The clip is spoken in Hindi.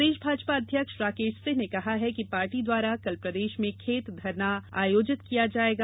प्रदेश भाजपा अध्यक्ष राकेश सिंह ने कहा कि पार्टी द्वारा कल प्रदेश में खेत धरना आयोजित किया जायेगा